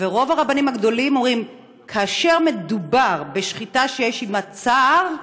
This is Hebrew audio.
ורוב הרבנים הגדולים אומרים: כאשר מדובר בשחיטה שיש עמה צער,